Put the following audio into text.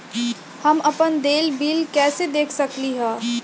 हम अपन देल बिल कैसे देख सकली ह?